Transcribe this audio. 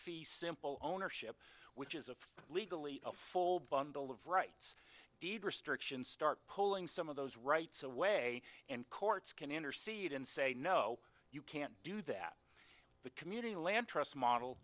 fee simple ownership which is a legally a full bundle of rights deed restrictions start pulling some of those rights away and courts can intercede and say no you can't do that but community land trusts model